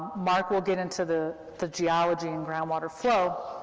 mark will get into the the geology and groundwater flow,